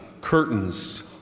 curtains